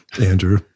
Andrew